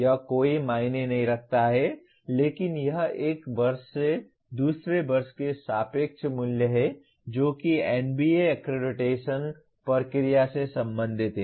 यह कोई मायने नहीं रखता है लेकिन यह 1 वर्ष से दूसरे वर्ष के सापेक्ष मूल्य है जो कि NBA अक्क्रेडिटशन प्रक्रिया से संबंधित है